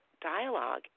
dialogue